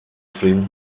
ffrind